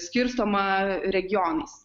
skirstoma regionais